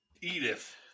Edith